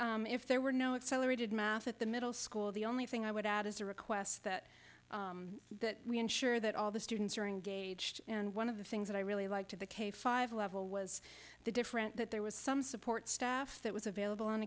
said if there were no accelerated math at the middle school the only thing i would add is a request that that we ensure that all the students are engaged and one of the things that i really like to the k five level was the different that there was some support staff that was available on